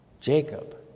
Jacob